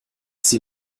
sie